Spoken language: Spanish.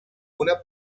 una